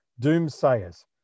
Doomsayers